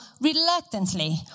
reluctantly